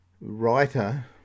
writer